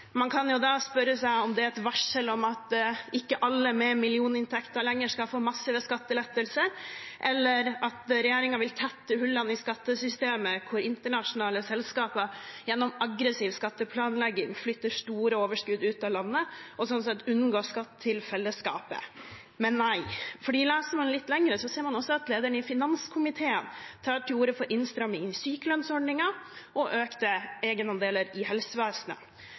Man kan jo da spørre seg om det er et varsel om at alle med millioninntekter ikke lenger skal få massive skattelettelser, eller at regjeringen vil tette hullene i skattesystemet, der internasjonale selskaper gjennom aggressiv skatteplanlegging flytter store overskudd ut av landet og sånn sett unngår skatt til fellesskapet. Men nei. Leser man litt lenger, ser man at lederen i finanskomiteen tar til orde for innstramming i sykelønnsordningen og økte egenandeler i helsevesenet.